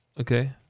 Okay